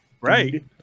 Right